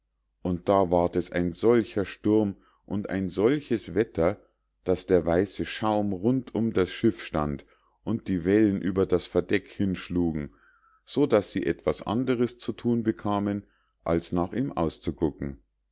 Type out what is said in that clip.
und da ward es ein solcher sturm und ein solches wetter daß der weiße schaum rund um das schiff stand und die wellen über das verdeck hinschlugen so daß sie etwas anders zu thun bekamen als nach ihm auszugucken